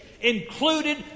included